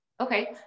Okay